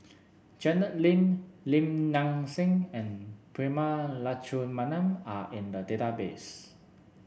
Janet Lim Lim Nang Seng and Prema Letchumanan are in the database